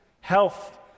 health